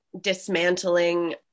dismantling